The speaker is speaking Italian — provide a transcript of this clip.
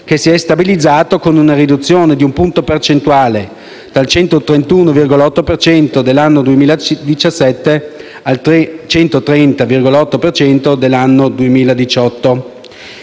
che si è stabilizzato con una riduzione di un punto percentuale: dal 131,8 per cento del 2017 al 130,8 per cento del 2018.